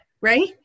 right